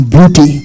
Beauty